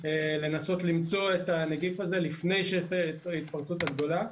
לנסות למצוא את הנגיף הזה לפני ההתפרצות הגדולה.